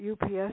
UPS